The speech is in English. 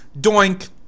doink